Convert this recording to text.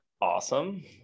awesome